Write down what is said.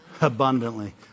abundantly